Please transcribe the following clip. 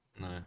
no